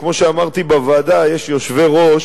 כמו שאמרתי בוועדה, יש יושבי-ראש